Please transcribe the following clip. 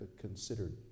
considered